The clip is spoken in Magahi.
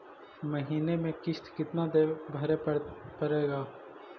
महीने में किस्त कितना भरें पड़ेगा?